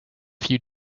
few